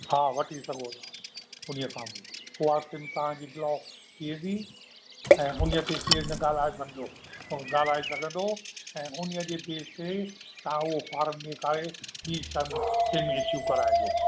हा वठी सघो था हुन ई खां पोइ उहा सिम तव्हांजी ब्लॉक थी वेंदी ऐं हुनजे ते केर न ॻाल्हाए सघंदो ऐं ॻाल्हाए सघंदो ऐं हुनजे जे बेस ते तव्हां उहो फारम में काए ॿीं सिम सिम इशू कराइजो